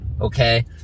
Okay